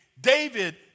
David